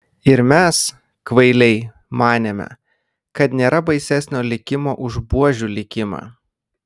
ir mes kvailiai manėme kad nėra baisesnio likimo už buožių likimą